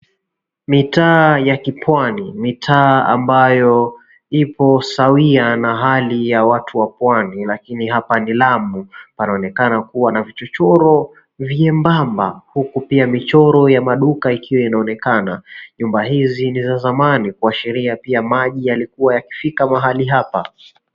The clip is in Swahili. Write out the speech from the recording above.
Mitaa ya kipwani, mitaa ambayo ipo sawia na hali ya watu wa pwani lakini hapa ni Lamu. Panaonekana kuwa na vichochoro vyembamba huku pia michoro ya maduka ikiwa inaonekana. Nyumba hizi ni za zamani kuashiria pia maji yalikuwa yakifika mahali hapa.